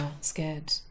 scared